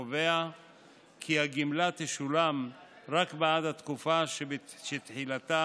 קובע כי הגמלה תשולם רק בעד התקופה שתחילתה